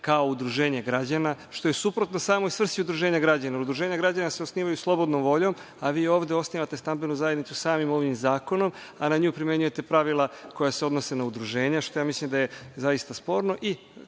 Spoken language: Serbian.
kao udruženje građana, što je suprotno samoj svrsi udruženja građana. Udruženja građana se osnivaju slobodnom voljom, a vi ovde osnivate stambenu zajednicu samim ovim zakonom, a na nju primenjujete pravila koja se odnose na udruženja, što mislim da je sporno i